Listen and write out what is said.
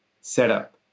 setup